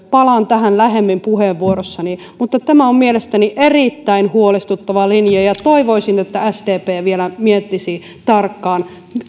palaan tähän lähemmin puheenvuorossani mutta tämä on mielestäni erittäin huolestuttava linja ja toivoisin että sdp vielä miettisi tarkkaan